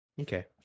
okay